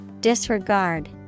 Disregard